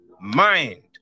mind